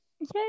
Okay